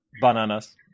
bananas